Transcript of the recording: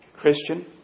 Christian